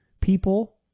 people